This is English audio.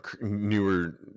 newer